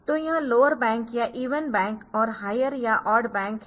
तो वह lower bank या इवन बैंक और हायर या ऑड बैंक है